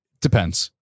Depends